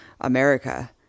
America